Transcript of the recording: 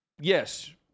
yes